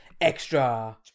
Extra